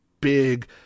big